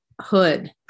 hood